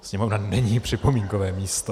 Sněmovna není připomínkové místo.